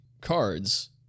cards